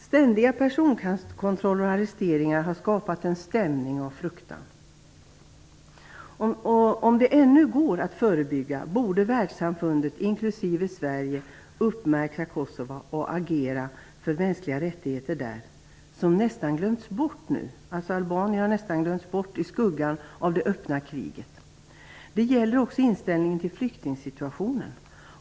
Ständiga personkontroller och arresteringar har skapat en stämning av fruktan. Om det ännu går att verka förebyggande borde världssamfundet inklusive Sverige uppmärksamma Kosova och agera för de mänskliga rättigheter där som nu nästan glömts bort. Albanien har nästan glömts bort i skuggan av det öppna kriget. Det gäller här också inställningen till flyktingsituationen.